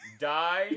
die